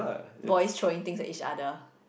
boys throwing things at each other